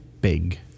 big